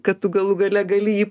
kad tu galų gale gali jį